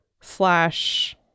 slash